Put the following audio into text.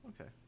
okay